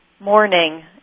morning